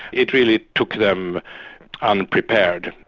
it really took them unprepared.